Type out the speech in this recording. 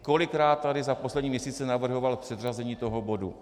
Kolikrát tady za poslední měsíce navrhoval předřazení toho bodu?